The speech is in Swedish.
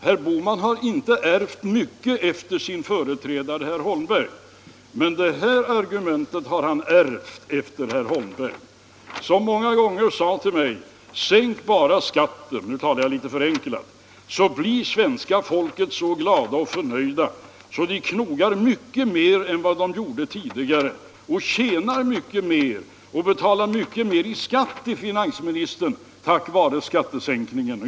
Herr Bohman har inte ärvt mycket efter sin företrädare herr Holmberg, men det här argumentet har han ärvt efter herr Holmberg, som många gånger — nu talar jag litet förenklat — sade till mig: Sänk bara skatten, så blir människorna i Sverige så glada och förnöjda att de knogar mycket mer än vad de gjorde tidigare och tjänar mycket mer och betalar mycket mer i skatt till finansministern tack vare skattesänkningen.